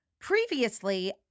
previously